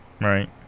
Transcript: right